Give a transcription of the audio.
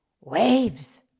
Waves